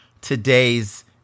today's